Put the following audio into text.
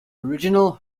original